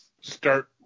start